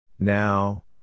Now